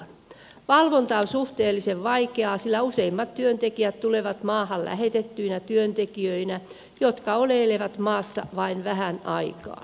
valvonta on suhteellisen vaikeaa sillä useimmat työntekijät tulevat maahan lähetettyinä työntekijöinä jotka oleilevat maassa vain vähän aikaa